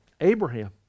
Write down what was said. Abraham